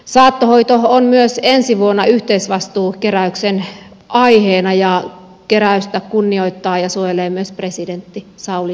saattohoito on myös ensi vuonna yhteisvastuukeräyksen aiheena ja keräystä kunnioittaa ja suojelee myös presidentti sauli niinistö